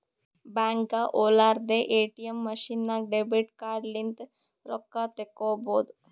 ಬ್ಯಾಂಕ್ಗ ಹೊಲಾರ್ದೆ ATM machine ನಾಗ್ ಡೆಬಿಟ್ ಕಾರ್ಡ್ ಲಿಂತ್ ರೊಕ್ಕಾ ತೇಕೊಬೋದ್